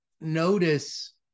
notice